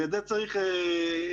בגלל זה צריך לחדד.